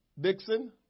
Dixon